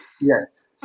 Yes